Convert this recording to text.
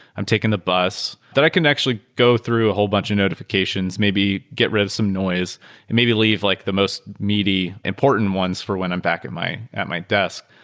i'm taking the bus, that i can actually go through a whole bunch of notifications, maybe get rid of some noise and maybe leave like the most meaty important ones for when i'm back at my at my desk.